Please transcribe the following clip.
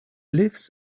lives